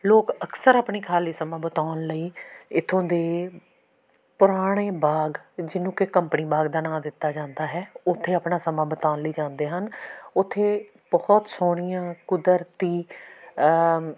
ਲੋਕ ਅਕਸਰ ਆਪਣੀ ਖਾਲੀ ਸਮਾਂ ਬਤਾਉਣ ਲਈ ਇੱਥੋਂ ਦੇ ਪੁਰਾਣੇ ਬਾਗ ਜਿਹਨੂੰ ਕਿ ਕੰਪਣੀ ਬਾਗ ਦਾ ਨਾਂ ਦਿੱਤਾ ਜਾਂਦਾ ਹੈ ਉੱਥੇ ਆਪਣਾ ਸਮਾਂ ਬਿਤਾਉਣ ਲਈ ਜਾਂਦੇ ਹਨ ਉੱਥੇ ਬਹੁਤ ਸੋਹਣੀਆਂ ਕੁਦਰਤੀ